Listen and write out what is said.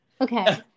Okay